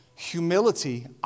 humility